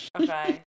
Okay